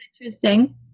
interesting